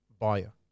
buyer